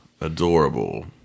Adorable